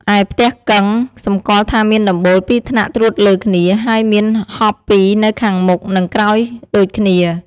ឯផ្ទះកឹង សម្គាល់ថាមានដំបូលពីរថ្នាក់ត្រួតលើគ្នា ហើយមានហប់ពីរនៅខាងមុខនិងក្រោយដូចគ្នា។